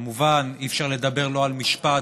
כמובן אי-אפשר לדבר לא על משפט,